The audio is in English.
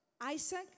Isaac